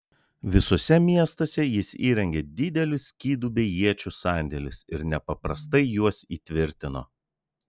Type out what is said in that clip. visuose miestuose jis įrengė didelius skydų bei iečių sandėlius ir nepaprastai juos įtvirtino